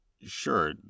sure